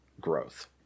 growth